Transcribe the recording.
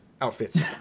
outfits